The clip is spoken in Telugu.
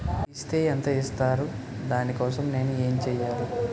ఇస్ తే ఎంత ఇస్తారు దాని కోసం నేను ఎంచ్యేయాలి?